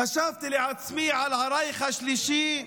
חשבתי לעצמי על הרייך השלישי,